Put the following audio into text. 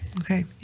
okay